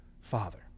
father